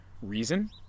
reason